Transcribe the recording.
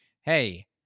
hey